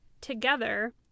together